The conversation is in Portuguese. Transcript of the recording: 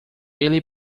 ele